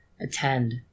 Attend